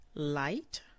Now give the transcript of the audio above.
Light